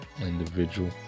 individual